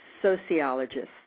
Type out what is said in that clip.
sociologists